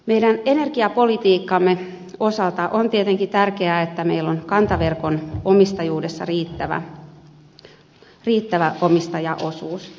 meidän energiapolitiikkamme osalta on tietenkin tärkeää että meillä on kantaverkon omistajuudessa riittävä omistajaosuus